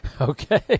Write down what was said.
Okay